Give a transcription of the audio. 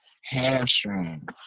hamstring